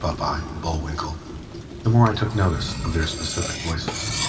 popeye, bullwinkle the more i took notice of their specific voices.